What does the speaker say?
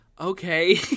okay